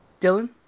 Dylan